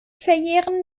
verjähren